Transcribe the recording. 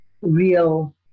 real